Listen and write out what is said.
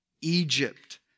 Egypt